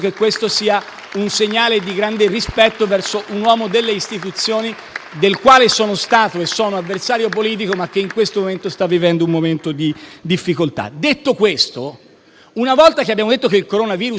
un segnale di grande rispetto verso un uomo delle Istituzioni del quale sono stato e sono avversario politico, ma che in questo momento sta vivendo un momento di difficoltà. (*Applausi*). Signor Presidente, una volta che abbiamo detto che il coronavirus c'è